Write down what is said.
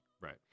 Right